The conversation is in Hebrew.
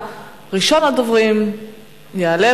לפיכך אני קובעת שהצעת חוק ממשל תאגידי